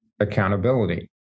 accountability